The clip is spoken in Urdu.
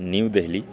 نیو دہلی